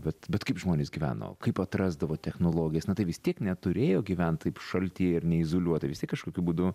bet bet kaip žmonės gyveno kaip atrasdavo technologijas tai vis tiek neturėjo gyvent taip šaltyje ir neizoliuotai vis tiek kažkokiu būdu